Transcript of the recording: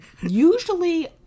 Usually